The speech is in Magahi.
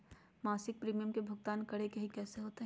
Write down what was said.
मासिक प्रीमियम के भुगतान करे के हई कैसे होतई?